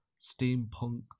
steampunked